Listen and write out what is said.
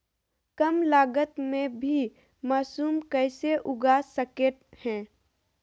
कम लगत मे भी मासूम कैसे उगा स्केट है?